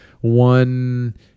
one